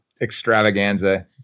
extravaganza